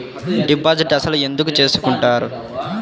Deposit అసలు ఎందుకు చేసుకుంటారు?